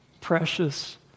precious